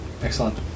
Excellent